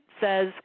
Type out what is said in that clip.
says